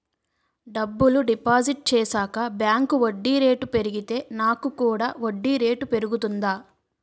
డబ్బులు డిపాజిట్ చేశాక బ్యాంక్ వడ్డీ రేటు పెరిగితే నాకు కూడా వడ్డీ రేటు పెరుగుతుందా?